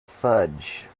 fudge